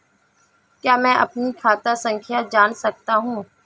क्या मैं अपनी खाता संख्या जान सकता हूँ?